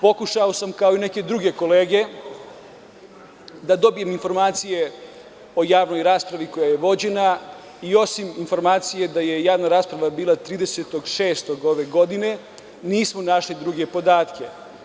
Pokušao sam kao i neke druge kolege da dobijem informacije o javnoj raspravi koja je vođena i osim informacije da je javna rasprava bila 30.6. ove godine nisam našao druge podatke.